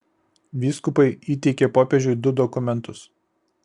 vyskupai įteikė popiežiui du dokumentus